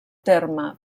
terme